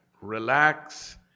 relax